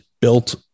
built